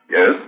Yes